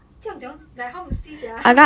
这样怎样 like how to see sia